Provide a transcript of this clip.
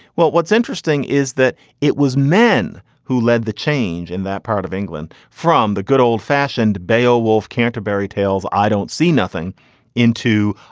well, what's interesting is that it was men who led the change in that part of england from the good old fashioned bail. wolf. canterbury tales. i don't see nothing into.